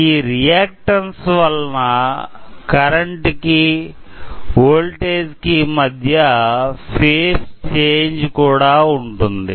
ఈ రియాక్టన్స్ వలన కరెంటు కి వోల్టేజ్ కి మధ్య ఫేజ్ చేంజ్ కూడా ఉంటుంది